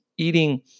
eating